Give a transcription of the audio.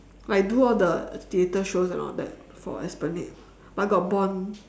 like do all the theater shows and all that for Esplanade but got bond